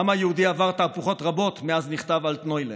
העם היהודי עבר תהפוכות רבות מאז נכתב אלטנוילנד: